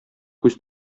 күз